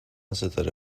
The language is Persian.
ستاره